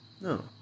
No